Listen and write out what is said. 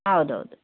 ಹೌದು ಹೌದು